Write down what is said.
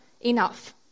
enough